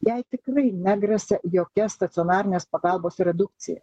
jai tikrai negresia jokia stacionarinės pagalbos redukcija